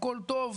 הכל טוב,